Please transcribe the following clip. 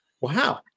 Wow